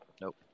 Nope